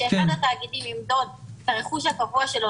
כשאחד התאגידים ימדוד את הרכוש הקבוע שלו